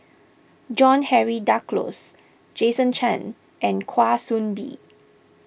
John Henry Duclos Jason Chan and Kwa Soon Bee